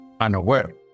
unaware